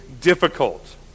difficult